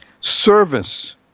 Service